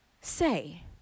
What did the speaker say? say